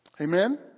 Amen